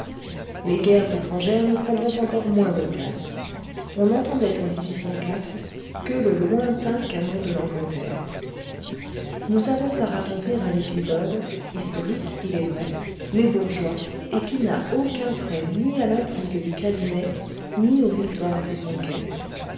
les guerres étrangères nous prendront encore moins de place on n'entendait en que le lointain canon de l'angleterre nous avons à raconter un épisode historique il est vrai mais bourgeois et qui n'a aucun trait ni à l'intrigue du cabinet ni aux victoires et conquêtes